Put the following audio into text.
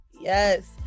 Yes